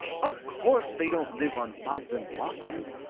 of course they don't live on buds and blossoms.